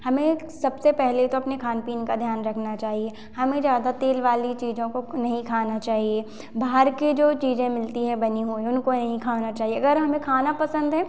हमें सबसे पहले तो अपने खान पीन का ध्यान रखना चाहिए हमें ज़्यादा तेल वाली चीज़ों को नहीं खाना चाहिए बाहर के जो चीज़ें मिलती हैं बनी हुई उनको नहीं खाना चाहिए अगर हमें खाना पसंद है